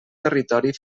territori